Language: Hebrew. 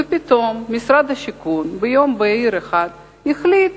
ופתאום, משרד השיכון, ביום בהיר אחד, החליט